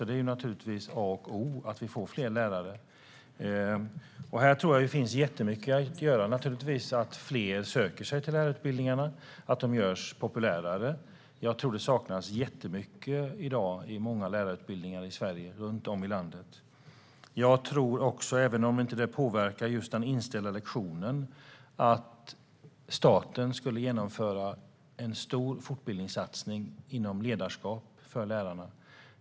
Det är A och O att vi får fler lärare, och här tror jag att det finns jättemycket att göra. Fler måste naturligtvis söka sig till lärarutbildningarna, och de måste göras populärare. Jag tror att det saknas mycket i många lärarutbildningar runt om i Sverige i dag. Jag tror också, även om det inte påverkar just problemet med inställda lektioner, att staten borde genomföra en stor fortbildningssatsning inom ledarskap för lärarna.